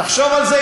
תחשוב על זה,